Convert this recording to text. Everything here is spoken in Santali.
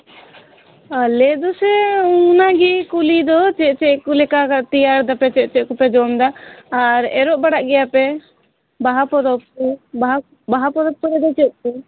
ᱟᱞᱮ ᱫᱚ ᱥᱮ ᱚᱱᱟᱜᱮ ᱠᱩᱞᱤ ᱫᱚ ᱪᱮᱫ ᱪᱮᱫ ᱠᱚ ᱞᱮᱠᱟ ᱛᱮᱭᱟᱨᱮᱫᱟ ᱯᱮ ᱪᱮᱫ ᱪᱮᱫ ᱠᱚᱯᱮ ᱡᱚᱢᱮᱫᱟ ᱟᱨ ᱮᱨᱚᱜ ᱵᱟᱲᱟᱜ ᱜᱮᱭᱟ ᱯᱮ ᱵᱟᱦᱟ ᱯᱚᱨᱚᱵᱽ ᱠᱚ ᱵᱟᱦᱟ ᱵᱟᱦᱟ ᱯᱚᱨᱚᱵᱽ ᱠᱚᱨᱮ ᱫᱚ ᱪᱮᱫ ᱠᱚ